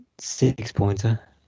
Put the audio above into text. six-pointer